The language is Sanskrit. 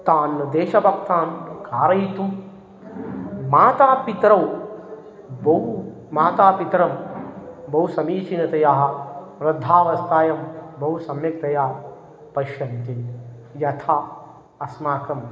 तान् देशभक्तान् कारयितुं मातापितरौ बहु मातापितरं बहु समीचीनतयाः वृद्धावस्थायां बहु सम्यक्तया पश्यन्ति यथा अस्माकं